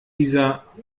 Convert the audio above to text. dieser